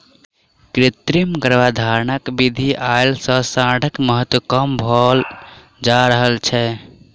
कृत्रिम गर्भाधानक विधि अयला सॅ साँढ़क महत्त्व कम भेल जा रहल छै